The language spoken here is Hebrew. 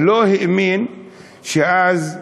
הוא לא האמין שאז יאיר,